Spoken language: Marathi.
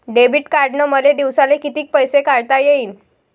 डेबिट कार्डनं मले दिवसाले कितीक पैसे काढता येईन?